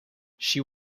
she